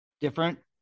different